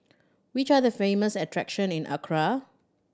which are the famous attraction in Accra